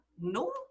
No